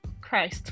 Christ